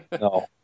No